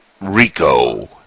rico